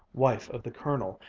wife of the colonel,